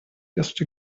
just